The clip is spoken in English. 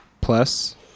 Plus